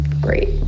Great